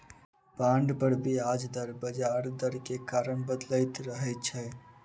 bond पर ब्याज दर बजार दर के कारण बदलैत रहै छै